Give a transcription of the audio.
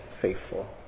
faithful